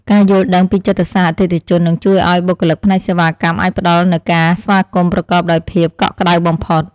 ការយល់ដឹងពីចិត្តសាស្ត្រអតិថិជននឹងជួយឱ្យបុគ្គលិកផ្នែកសេវាកម្មអាចផ្តល់នូវការស្វាគមន៍ប្រកបដោយភាពកក់ក្តៅបំផុត។